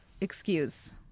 excuse